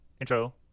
intro